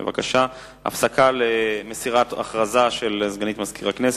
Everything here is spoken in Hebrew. בבקשה, הפסקה למסירת הכרזה של סגנית מזכיר הכנסת.